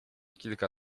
kilka